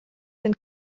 sind